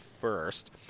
first